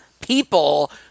people